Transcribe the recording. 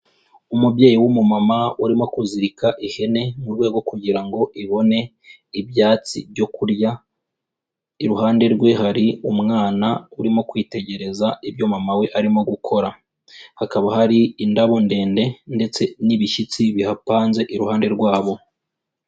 Umubyeyi w'umumama urimo kuzirika ihene mu rwego kugira ngo ibone ibyatsi byo kurya, iruhande rwe hari umwana urimo kwitegereza ibyo mama we arimo gukora. Hakaba hari indabo ndende ndetse n'ibishyitsi bihapanze iruhande rwabo.